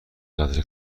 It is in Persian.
قدر